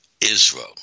Israel